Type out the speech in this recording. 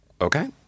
Okay